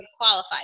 qualified